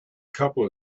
couple